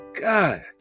God